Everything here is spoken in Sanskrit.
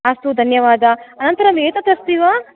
अस्तु धन्यवादाः अनन्तरम् एतद् अस्ति वा